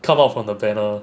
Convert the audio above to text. come out from the banner